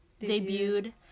debuted